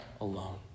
alone